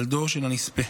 ילדו של הנספה.